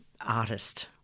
artist